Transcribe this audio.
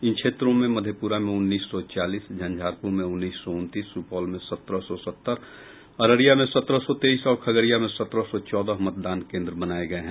इन क्षेत्रों में मधेपुरा में उन्नीस सौ चालीस झंझारपुर में उन्नीस उनतीस सुपौल में सत्रह सौ सत्तर अररिया में सत्रह सौ तेईस और खगड़िया में सत्रह सौ चौदह मतदान केंद्र बनाये गये हैं